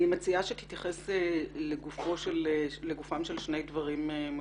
אני מציעה שתתייחס לגופם של שני דברים משמעותיים.